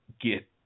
get